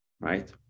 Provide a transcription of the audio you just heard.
right